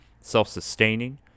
self-sustaining